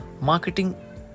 marketing